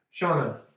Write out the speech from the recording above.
Shauna